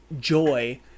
joy